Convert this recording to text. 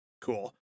cool